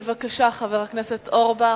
בבקשה, חבר הכנסת אורבך.